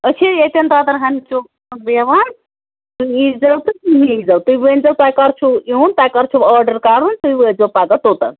أسۍ چھِ ییٚتیٚن دۄدر ہامہِ چوکَس منٛز بیٚہوان تُہۍ ییٖزیٚو تہٕ نیٖزیٚو تُہۍ ونزیٚو تۄہہِ کَر چھُو یُن تۄہہِ کَر چھُو آرڈر کَرُن تُہۍ وٲتزیٚو پگاہ توٚتَن